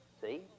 See